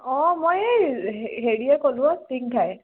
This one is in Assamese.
অঁ মই এই হেৰিয়ে ক'লোঁ অঁ স্নিগ্ধাই